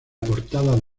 portada